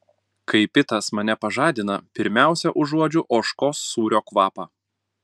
kai pitas mane pažadina pirmiausia užuodžiu ožkos sūrio kvapą